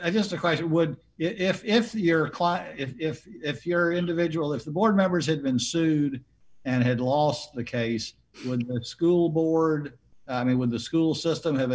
i guess the question would it if the year if if your individual if the board members had been sued and had lost the case when the school board i mean when the school system have